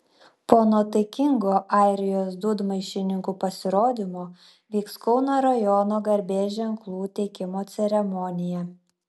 po nuotaikingo airijos dūdmaišininkų pasirodymo vyks kauno rajono garbės ženklų teikimo ceremonija